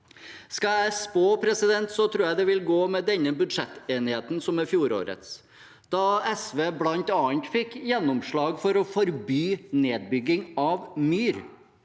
Skal jeg spå, tror jeg det vil gå med denne budsjettenigheten som med fjorårets, da SV bl.a. fikk gjennomslag for å forby nedbygging av myr.